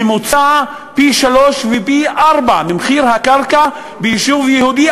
הוא בממוצע פי-שלושה ופי-ארבעה ממחיר הקרקע ביישוב יהודי,